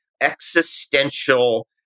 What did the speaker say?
existential